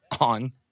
on